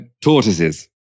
tortoises